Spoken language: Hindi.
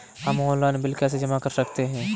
हम ऑनलाइन बिल कैसे जमा कर सकते हैं?